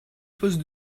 poste